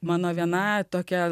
mano viena tokia